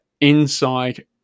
inside